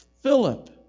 Philip